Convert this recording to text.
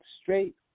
straight